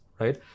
right